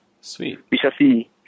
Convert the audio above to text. Sweet